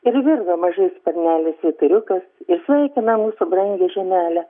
ir virpa mažais sparneliais vyturiukas ir sveikina mūsų brangią žemelę